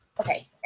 Okay